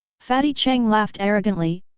fatty cheng laughed arrogantly,